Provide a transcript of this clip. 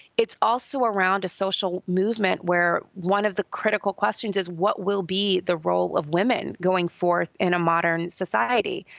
it's also around a social movement where one of the critical questions is, what will be the role of women going forth in a modern society.